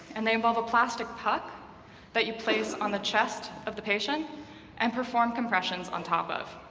and they involve a plastic puck that you place on the chest of the patient and perform compressions on top of.